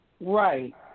Right